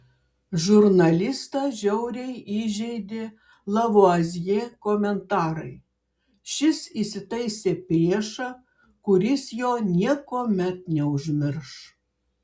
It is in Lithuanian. žurnalistą žiauriai įžeidė lavuazjė komentarai šis įsitaisė priešą kuris jo niekuomet neužmirš